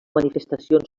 manifestacions